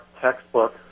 textbook